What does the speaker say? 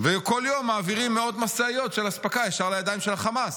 וכל יום מעבירים מאות משאיות של אספקה ישר לידיים של החמאס.